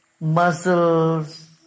muscles